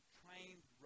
trained